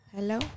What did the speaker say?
Hello